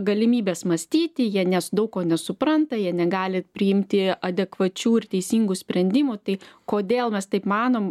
galimybės mąstyti jie nes daug ko nesupranta jie negali priimti adekvačių ir teisingų sprendimų tai kodėl mes taip manom